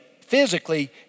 physically